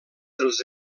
dels